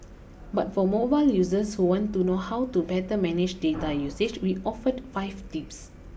but for mobile users who want to know how to better manage data usage we offered five tips